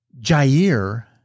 Jair